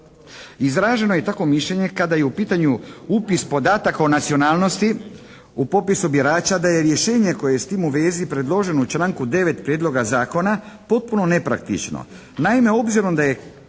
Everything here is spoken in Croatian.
Izraženo je tako mišljenje kada je u pitanju upis podataka o nacionalnosti u popisu birača da je rješenje koje je s tim u vezi predloženo u članku 9. prijedloga zakona potpuno nepraktično.